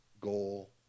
goal